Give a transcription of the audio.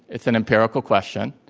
it's an empirical question.